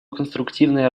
конструктивная